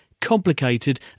complicated